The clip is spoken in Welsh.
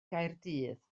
gaerdydd